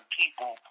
people